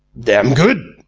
dam good,